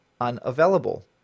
unavailable